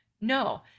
No